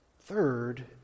Third